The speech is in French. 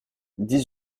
dix